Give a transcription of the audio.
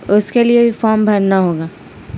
اس کے لیے بھی فام بھرنا ہوگا